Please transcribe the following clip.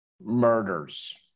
murders